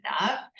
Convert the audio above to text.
enough